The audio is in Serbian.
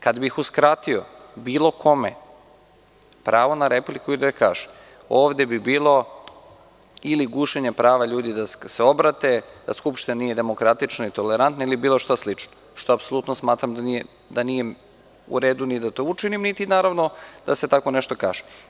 Kada bih uskratio bilo kome pravo na repliku, ovde bi bilo ili gušenje prava ljudi da se obrate, da Skupština nije demokratična i tolerantna ili bilo šta slično, što smatram da nije uredu ni da to učinim, niti da se tako nešto kaže.